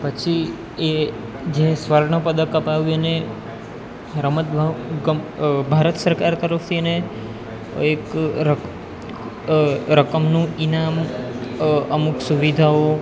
પછી એ જે સ્વર્ણપદક અપાવ્યું એને રમત ભારત સરકાર તરફથી એને એક રકમનું ઈનામ અમુક સુવિધાઓ